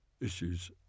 issues